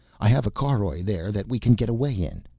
i have a caroj there that we can get away in.